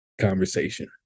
conversation